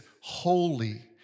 holy